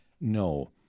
No